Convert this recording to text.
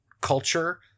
culture